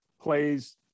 plays